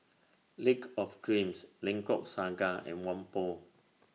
Lake of Dreams Lengkok Saga and Whampoa